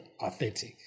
authentic